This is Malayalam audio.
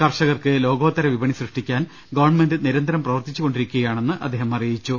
കർഷകർക്ക് ലോകോത്തര വിപണി സൃഷ്ടിക്കാൻ ഗവൺമെന്റ് നിരന്തരം പ്രവർത്തിച്ചുകൊണ്ടിരിക്കുകയാണെന്ന് അദ്ദേഹം അറിയിച്ചു